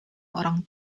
orang